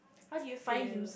how do you feel